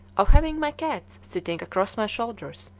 of having my cats sitting across my shoulders,